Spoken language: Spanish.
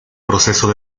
proceso